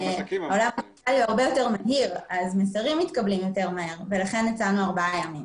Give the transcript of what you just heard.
מסרים מתקבלים יותר מהר ולכן הצענו ארבעה ימים.